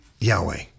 Yahweh